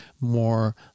more